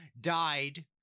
died